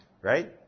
Right